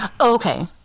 okay